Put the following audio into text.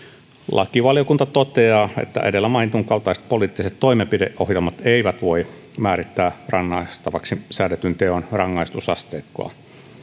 lakivaliokunta toteaa että edellä mainitun kaltaiset poliittiset toimenpideohjelmat eivät voi määrittää rangaistavaksi säädetyn teon rangaistusasteikkoa